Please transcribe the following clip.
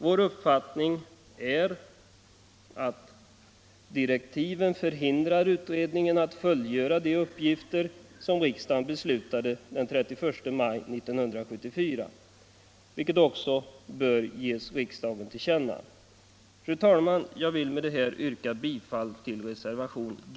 Vår uppfattning är att direktiven förhindrar En parlamentarisk besparingsutredning En parlamentarisk besparingsutredning